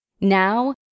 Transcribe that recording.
Now